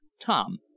Tom